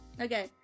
okay